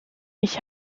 ich